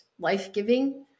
life-giving